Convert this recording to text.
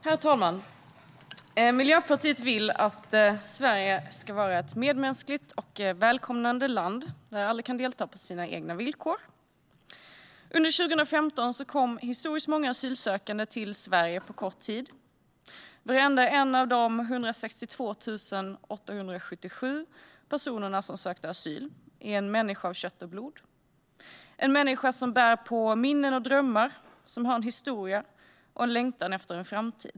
Herr talman! Miljöpartiet vill att Sverige ska vara ett medmänskligt och välkomnande land där alla kan delta på sina egna villkor. Under 2015 kom historiskt många asylsökande till Sverige på kort tid. Varenda en av de 162 877 personer som sökte asyl är en människa av kött och blod - en människa som bär på minnen och drömmar, som har en historia och en längtan efter en framtid.